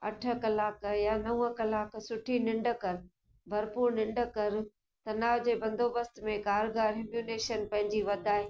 अठ कलाकु या नव कलाक सुठी निंढ कर भरपूर निंढ कर त न जे बंदोबस्तु में कारगार इम्यूनेशन पंहिंजी वधाए